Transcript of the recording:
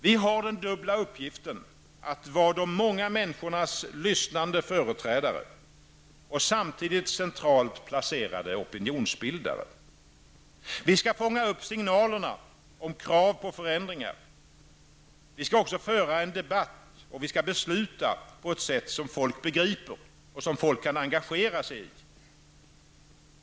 Vi har den dubbla uppgiften att vara de många människornas lyssnande företrädare och samtidigt centralt placerade opinionsbildare. Vi skall fånga upp signalerna om krav på förändringar. Vi skall också föra en debatt och besluta på ett sätt som folk begriper och kan engagera sig för.